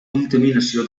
contaminació